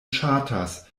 ŝatas